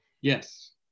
Yes